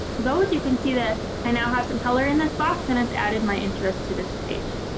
those you can see that i now have some color in this box and it's added my interest to this page.